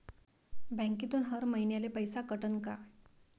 बँकेतून हर महिन्याले पैसा कटन का?